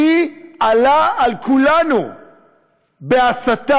מי עלה על כולנו בהסתה,